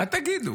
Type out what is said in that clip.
מה תגידו?